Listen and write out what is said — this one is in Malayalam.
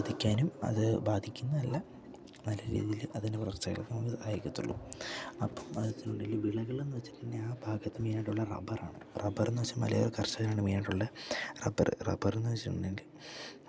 ബാധിക്കാനും അത് ബാധിക്കുന്നത് അല്ല നല്ല രീതിയിൽ അതിൻ്റെ വളർച്ച ചെയ്യാൻ സഹായിക്കത്തുള്ളൂ അപ്പം അതിൻ്റെ ഉള്ളിൽ വിളകൾ എന്നുവച്ചിട്ടുണ്ടെകിൽ ആ ഭാഗത്ത് മെയിനായിട്ട് ഉള്ളത് റബ്ബറാണ് റബ്ബർ എന്നു വച്ചാൽ മലയോര കർഷകരാണ് മെയിനായിട്ട് ഉള്ളത് റബ്ബർ റബ്ബറെന്ന് വച്ചിട്ടുണ്ടെങ്കിൽ